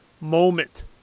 moment